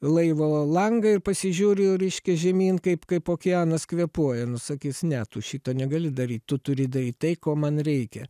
laivo langą ir pasižiūriu reiškia žemyn kaip kaip okeanas kvėpuoja nu sakys ne tu šito negali daryt tu turi daryt tai ko man reikia